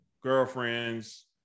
girlfriends